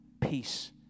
peace